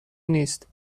نیست